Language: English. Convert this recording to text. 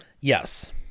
Yes